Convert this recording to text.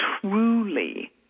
truly